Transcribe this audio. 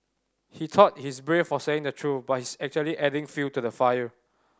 he thought he's brave for saying the truth but he's actually adding fuel to the fire